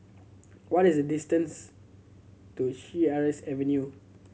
what is the distance to Sheares Avenue